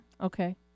Okay